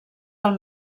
del